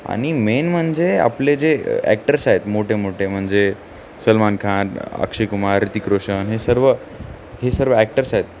आणि मेन म्हणजे आपले जे ॲक्टर्स आहेत मोठे मोठे म्हणजे सलमान खान अक्षय कुमार रितिक रोशन हे सर्व हे सर्व ॲक्टर्स आहेत